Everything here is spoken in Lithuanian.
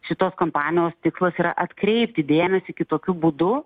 šitos kampanijos tikslas yra atkreipti dėmesį kitokiu būdu